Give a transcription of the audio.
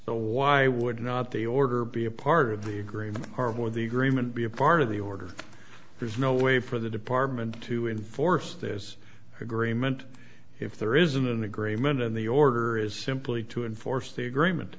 the why would not the order be a part of the agreement or would the agreement be a part of the order there's no way for the department to enforce this agreement if there isn't an agreement on the order is simply to enforce the agreement